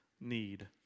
need